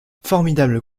formidable